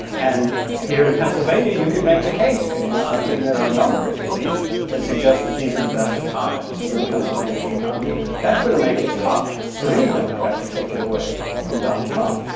and here in pennsylvania, you could make the case, could you not? i mean, there are numbers at least that suggest that these are the best of times for the pennsylvania economy that's going to make it tough for any democrat to take it away from donald trump.